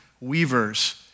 weavers